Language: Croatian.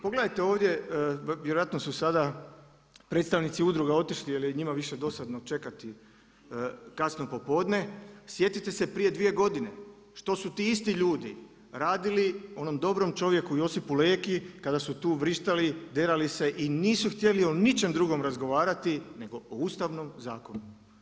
Pogledajte ovdje, vjerojatno su sada predstavnici udruga otišli jer je njima više dosadno čekati kasno popodne, sjetite se prije dvije godine što su ti isti ljudi radili onom dobrom čovjeku Josipu Leki kada su tu vrištali, derali se i nisu htjeli o ničem drugom razgovarati nego o Ustavnom zakonu.